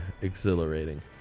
Exhilarating